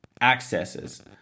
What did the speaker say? accesses